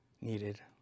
needed